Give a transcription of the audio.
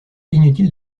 inutile